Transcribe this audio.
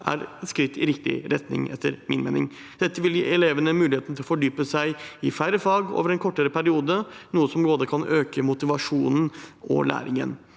et skritt i riktig retning. Dette vil gi elevene muligheten til å fordype seg i færre fag over en kortere periode, noe som kan øke både motivasjonen og læringen.